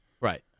Right